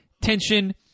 tension